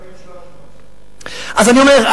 3,300. אז אני אומר,